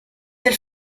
del